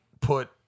put